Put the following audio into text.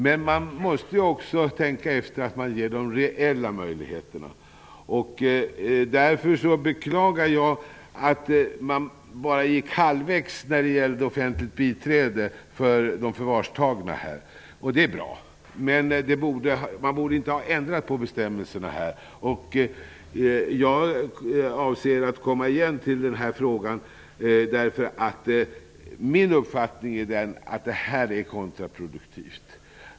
Men man måste också tänka på att de reella möjligheterna ges. Därför beklagar jag att man bara gått halvvägs när det gäller offentligt biträde för förvarstagna. Detta är alltså bra, men man borde inte ha ändrat på bestämmelserna här. Jag avser att återkomma till denna fråga. Det är nämligen min uppfattning att det här är kontraproduktivt.